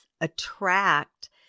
attract